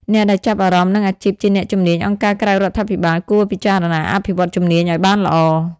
អ្នកដែលចាប់អារម្មណ៍នឹងអាជីពជាអ្នកជំនាញអង្គការក្រៅរដ្ឋាភិបាល គួរពិចារណាអភិវឌ្ឍជំនាញឱ្យបានល្អ។